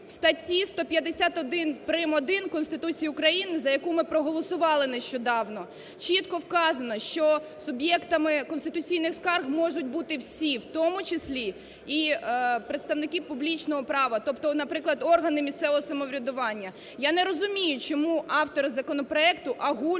В статті 151 прим. 1 Конституції України, за яку ми проголосували нещодавно, чітко вказано, що суб'єктами конституційних скарг можуть бути всі, в тому числі і представники публічного права, тобто, наприклад, органи місцевого самоврядування. Я не розумію, чому автори законопроекту огульно